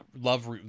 love